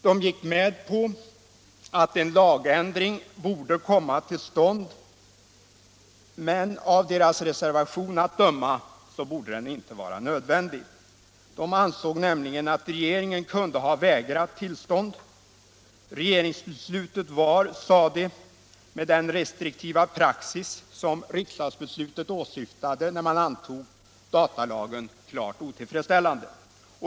De gick med på att en lagändring borde komma till stånd, men av deras reservation att döma borde den inte vara nödvändig. De ansåg nämligen att regeringen kunde ha vägrat tillstånd. Regeringsbeslutet var, sade de, med den restriktiva praxis som riksdagsbeslutet åsyftade när man antog datalagen klart otillfredsställande.